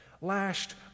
lashed